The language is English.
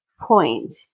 point